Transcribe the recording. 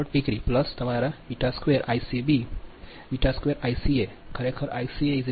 64 ° તમારા બી2 Ica બી2 Ica ખરેખર Ica 138